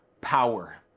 power